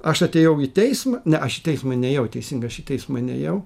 aš atėjau į teismą ne aš į teismą nėjau teisingai aš į teismą nėjau